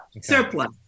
surplus